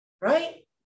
Right